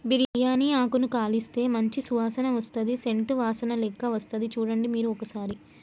బిరియాని ఆకును కాలిస్తే మంచి సువాసన వస్తది సేంట్ వాసనలేక్క వస్తది చుడండి మీరు ఒక్కసారి